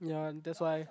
ya that's why